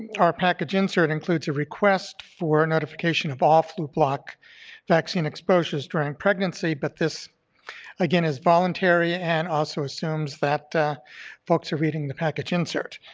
our package insert includes a request for notification of all flublok vaccine exposures during pregnancy, but this again is voluntary and also assumes that folks are reading the package insert.